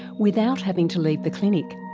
without having to leave the clinic.